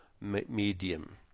medium